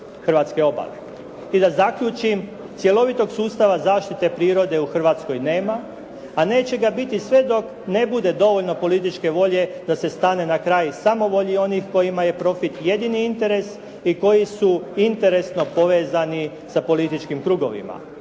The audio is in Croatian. hrvatske obale. I da zaključim, cjelovitog sustava zaštite prirode u Hrvatskoj nema, a neće ga biti sve dok ne bude dovoljno političke volje da se stane na kraj samovolji onih kojima je profit jedini interes i koji su interesno povezani sa političkim krugovima.